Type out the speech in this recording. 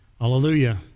Hallelujah